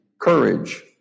courage